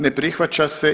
Ne prihvaća se.